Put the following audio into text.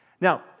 Now